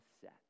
set